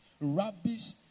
rubbish